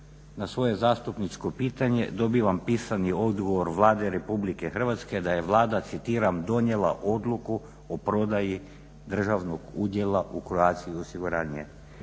na svoje zastupničko pitanje dobivam pisani odgovor Vlade Republike Hrvatske da je Vlada, citiram donijela Odluku o prodaji državnog udjela u Croatia osiguranje.